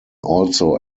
also